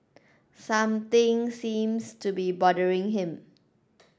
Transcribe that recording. something seems to be bothering him